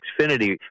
Xfinity